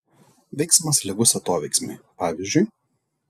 veiksmas lygus atoveiksmiui pavyzdžiui